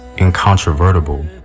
incontrovertible